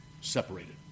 separated